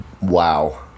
Wow